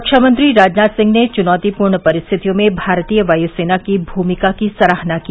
रक्षामंत्री राजनाथ सिंह ने च्नौतीपूर्ण परिस्थितियों में भारतीय वायुसेना की भूमिका की सराहना की